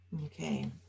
Okay